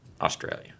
Australia